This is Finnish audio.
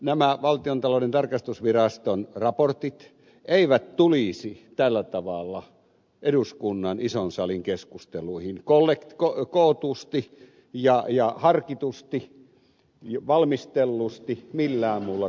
nämä valtiontalouden tarkastusviraston raportit eivät tulisi tällä tavalla eduskunnan ison salin keskusteluihin kootusti ja harkitusti valmistellusti millään muulla konstilla